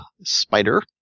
spider